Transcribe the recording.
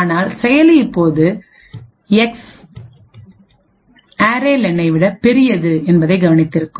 ஆனால் செயலி இப்போது எக்ஸ் அரே லெனைarray len விட பெரியது என்பதைக் கவனித்திருக்கும்